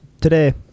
today